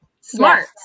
smart